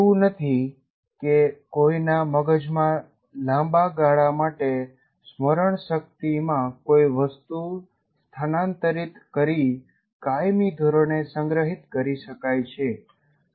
એવું નથી કે કોઈના મગજમાં લાંબા ગાળા માટે સ્મરણ શકિતમાં કોઈ વસ્તુ સ્થાનાંતરિત કરી કાયમી ધોરણે સંગ્રહિત કરી શકાય છે